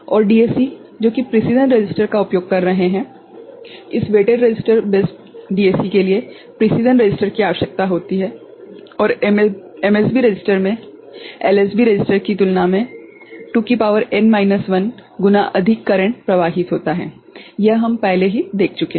और डीएसी जो की प्रिसीजन रसिस्टर का उपयोग कर रहे है इस वेटेड रसिस्टर आधारित डीएसी के लिए प्रिसीजन रसिस्टर की आवश्यकता होती है और एमएसबी रसिस्टर में एलएसबी रसिस्टर की तुलना में 2 की शक्ति n 1 गुना अधिक करेंट प्रवाहित होता है यह हम पहले ही देख चुके हैं